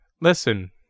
listen